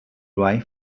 right